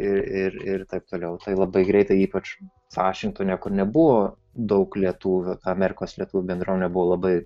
ir ir ir taip toliau tai labai greitai ypač vašingtone kur nebuvo daug lietuvių amerikos lietuvių bendruomenė buvo labai